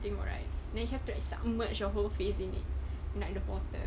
tengok right then you have to submerge your whole face in it like the bottom